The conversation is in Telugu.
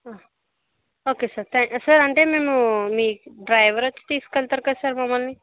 ఓకే సార్ థ్యాంక్ అంటే మేము మీ డ్రైవర్ వచ్చి తీసుకెళ్తారు కదా సార్ మమ్మల్ని